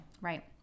right